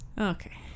okay